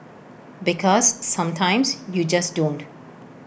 because sometimes you just don't